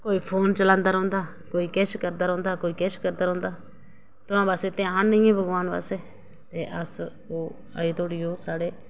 कोई फोन चलांदा रौहंदा कोई किश करदा रौहंदा कोई किश करदा रौहंदा ते बस ध्यान निं भगवान पास्सै ते अस अजै धोड़ी एह् साढ़े